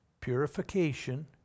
Purification